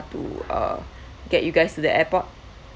to uh get you guys to the airport